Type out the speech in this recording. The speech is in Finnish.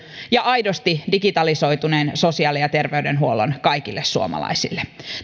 ja aidosti digitalisoituneen sosiaali ja terveydenhuollon kaikille suomalaisille